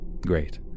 great